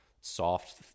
soft